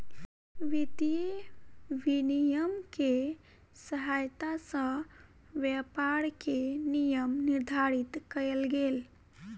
वित्तीय विनियम के सहायता सॅ व्यापार के नियम निर्धारित कयल गेल